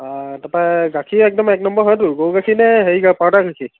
অঁ তাৰপৰা গাখীৰ একদম এক নম্বৰ হয়তো গৰু গাখীৰ নে হেৰি পাউদাৰ গাখীৰ